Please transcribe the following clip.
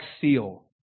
seal